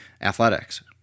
athletics